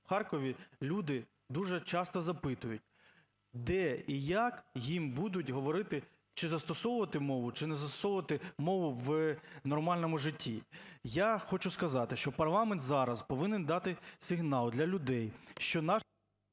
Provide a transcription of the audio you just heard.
в Харкові люди дуже часто запитують: де і як їм будуть говорити, чи застосовувати мову, чи не застосовувати мову в нормальному житті. Я хочу сказати, що парламент зараз повинен дати сигнал для людей, що наш… ГОЛОВУЮЧИЙ.